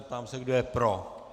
Ptám se, kdo je pro.